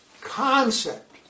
concept